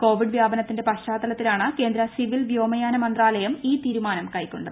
Covid വൃാപനത്തിന്റെ പശ്ചാത്തലത്തിലാണ് കേന്ദ്ര സിവിൽ വ്യോമയാന മന്ത്രാലയം ഈ തീരുമാനം ക്ക്കൊണ്ടത്